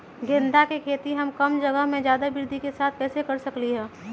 गेंदा के खेती हम कम जगह में ज्यादा वृद्धि के साथ कैसे कर सकली ह?